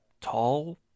tall